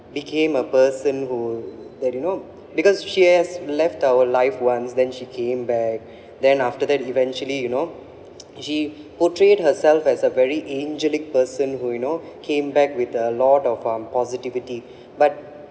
became a person who that you know because she has left our life once then she came back then after that eventually you know she portrayed herself as a very angelic person who you know came back with a lot of um positivity but